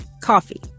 Coffee